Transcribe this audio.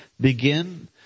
begin